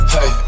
Hey